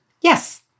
Yes